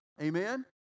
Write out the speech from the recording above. Amen